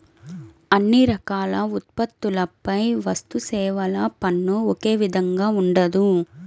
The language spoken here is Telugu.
అన్ని రకాల ఉత్పత్తులపై వస్తుసేవల పన్ను ఒకే విధంగా ఉండదు